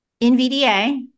NVDA